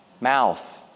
mouth